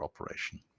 operation